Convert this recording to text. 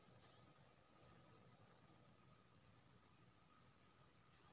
किसान से आ खेती से जुरल कतय से आ कतेक सबसिडी मिलत?